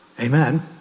Amen